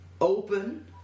open